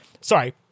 Sorry